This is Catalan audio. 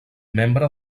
membre